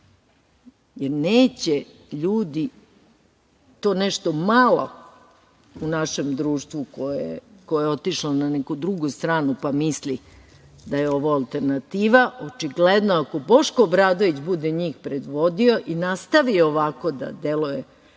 jer neće ljudi, to nešto malo u našem društvu koje je otišlo na neku drugu stranu, pa misli da je da ovo alternativa, očigledno ako Boško Obradović bude njih predvodio i nastavio ovako da deluje